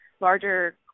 larger